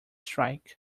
strike